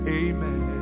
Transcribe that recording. amen